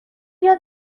یاد